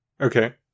Okay